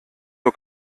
nur